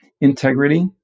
Integrity